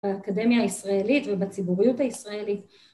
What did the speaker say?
‫באקדמיה הישראלית ‫ובציבוריות הישראלית.